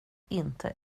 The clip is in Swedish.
inte